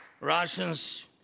Russians